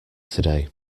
today